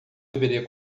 deveria